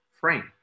frame